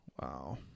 Wow